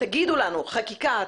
תגידו לנו חקיקה,